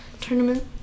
tournament